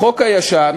בחוק הישן